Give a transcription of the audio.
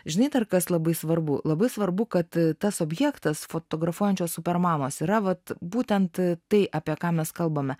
žinai dar kas labai svarbu labai svarbu kad tas objektas fotografuojančios super mamos yra vat būtent tai apie ką mes kalbame